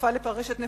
תרופה לטרשת נפוצה,